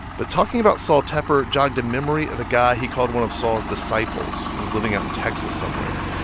but talking about sol tepper jogged a memory of a guy he called one of sol's disciples. he was living out in texas somewhere.